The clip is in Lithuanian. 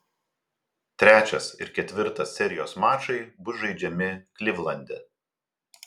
trečias ir ketvirtas serijos mačai jau bus žaidžiami klivlande